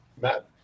Matt